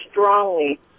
strongly